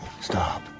stop